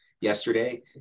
yesterday